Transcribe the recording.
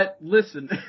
listen